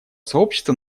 сообщества